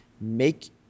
make